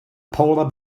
polar